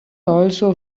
also